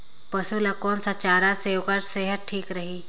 पशु ला कोन स चारा से ओकर सेहत ठीक रही?